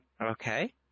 Okay